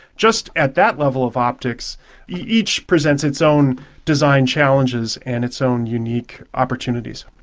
just at that level of optics each presents its own design challenges and its own unique opportunities.